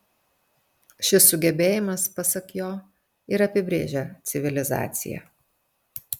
šis sugebėjimas pasak jo ir apibrėžia civilizaciją